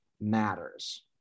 matters